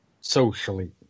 Socially